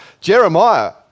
Jeremiah